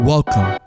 Welcome